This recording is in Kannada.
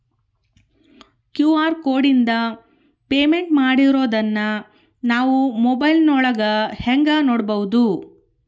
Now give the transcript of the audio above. ಕ್ಯೂ.ಆರ್ ಕೋಡಿಂದ ಪೇಮೆಂಟ್ ಮಾಡಿರೋದನ್ನ ನಾವು ಮೊಬೈಲಿನೊಳಗ ಹೆಂಗ ನೋಡಬಹುದು?